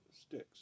sticks